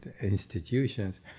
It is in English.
institutions